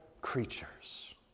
creatures